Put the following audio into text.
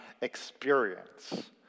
experience